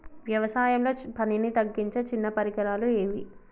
వ్యవసాయంలో పనిని తగ్గించే చిన్న పరికరాలు ఏవి?